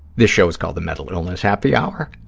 this show is called the mental illness happy hour.